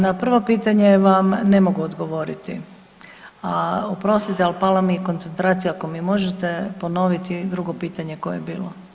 Na prvo pitanje vam ne mogu odgovoriti, a oprostite, ali pala mi je koncentracija, ako mi možete ponoviti drugo pitanje koje je bilo.